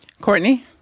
Courtney